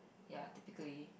ya typically